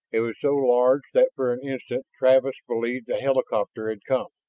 it was so large that for an instant travis believed the helicopter had come.